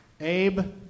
Abe